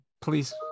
please